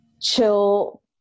chill